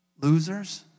Losers